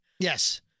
Yes